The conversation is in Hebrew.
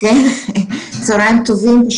צהריים טובים.